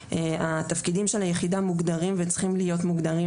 התפקידים של היחידה מוגדרים וצריכים להיות מוגדרים